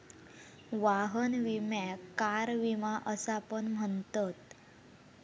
वाहन विम्याक कार विमा असा पण म्हणतत